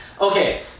okay